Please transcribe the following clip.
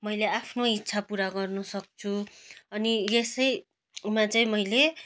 मैले आफ्नो इच्छा पुरा गर्नु सक्छु अनि यस मा चाहिँ मैले